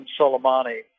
Soleimani